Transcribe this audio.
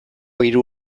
hiru